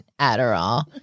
Adderall